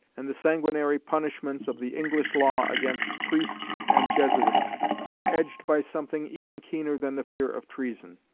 and the sanguinary punishments of the english law against priests and jesuits were edged by something even keener than the fear of treason.